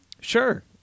Sure